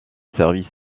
service